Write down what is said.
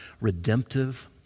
redemptive